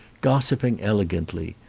gossiping elegantly,